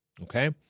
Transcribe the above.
Okay